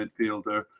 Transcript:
midfielder